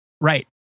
Right